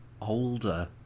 older